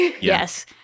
Yes